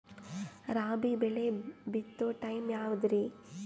ರಾಬಿ ಬೆಳಿ ಬಿತ್ತೋ ಟೈಮ್ ಯಾವದ್ರಿ?